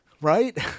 Right